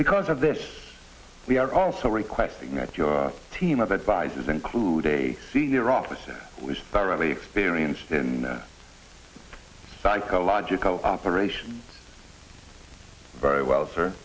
because of this we are also requesting that your team of advisors include a senior officer directly experienced in psychological operations very well sir